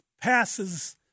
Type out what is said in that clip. passes